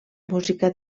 música